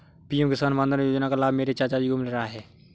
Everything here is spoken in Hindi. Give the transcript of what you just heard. पी.एम किसान मानधन योजना का लाभ मेरे चाचा जी को मिल रहा है